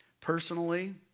Personally